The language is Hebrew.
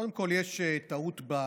קודם כול, יש טעות בשאלה.